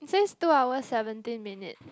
since two hours seventeen minutes